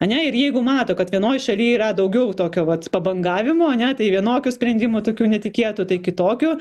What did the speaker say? ane ir jeigu mato kad vienoj šaly yra daugiau tokio vat pabangavimo ane tai vienokių sprendimų tokių netikėtų tai kitokių